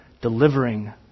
delivering